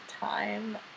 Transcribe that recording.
time